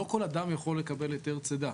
לא כל אדם יכול לקבל היתר צידה.